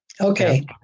Okay